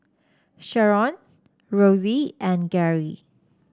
Sherron Rosey and Gary